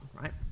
right